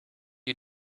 you